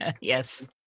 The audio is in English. Yes